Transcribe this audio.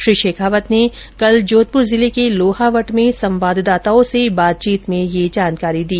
श्री शेखावत ने कल जोधपुर जिले के लोहावट में संवाददाताओं से बातचीत में यह जानकारी दी